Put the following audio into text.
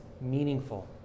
Meaningful